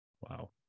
Wow